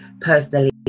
personally